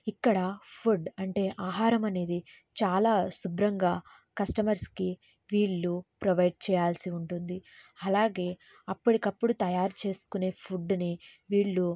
ఇక్కడ ఫుడ్ అంటే ఆహారం అనేది చాలా శుభ్రంగా కస్టమర్స్కి వీళ్ళు ప్రొవైడ్ చేయాల్సి ఉంటుంది అలాగే అప్పటికప్పుడు తయారు చేసుకునే ఫుడ్డుని వీళ్ళు